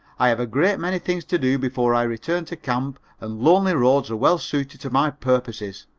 i have a great many things to do before i return to camp and lonely roads are well suited to my purposes.